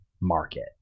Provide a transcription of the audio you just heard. market